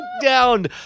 down